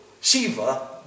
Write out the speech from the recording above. Shiva